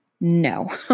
No